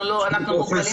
אנחנו מוגבלים בזמן.